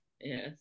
yes